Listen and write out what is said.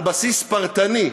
על בסיס פרטני,